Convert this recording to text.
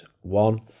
One